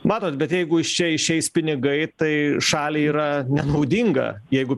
matot bet jeigu iš čia išeis pinigai tai šaliai yra nenaudinga jeigu